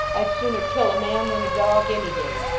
i'd sooner kill a man than a dog any day.